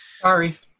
Sorry